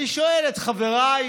אני שואל את חבריי